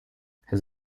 his